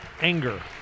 anger